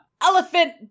Elephant